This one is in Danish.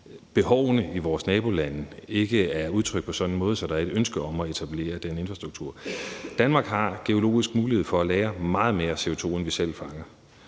behovene i vores nabolande ikke er udtrykt på sådan en måde, at der er et ønske om at etablere den infrastruktur. Danmark har geologisk mulighed for at lagre meget mere CO2, end vi selv fanger.